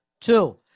Two